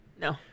No